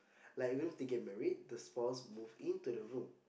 like you know they get married their spouse move in to the room